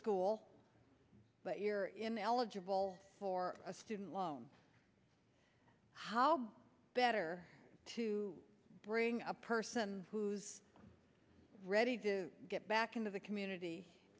school but you're ineligible for a student loan how better to bring a person who's ready to get back into the community